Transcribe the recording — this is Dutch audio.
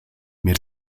meer